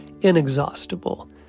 inexhaustible